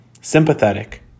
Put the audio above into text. sympathetic